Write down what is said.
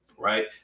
right